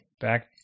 Back